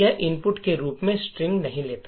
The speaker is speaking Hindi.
यह इनपुट के रूप में स्ट्रिंग नहीं लेता